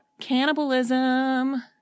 cannibalism